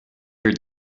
your